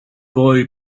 boy